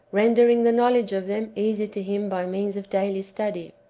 rendering the knowledge of them easy to him by means of daily study.